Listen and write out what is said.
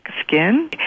skin